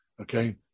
Okay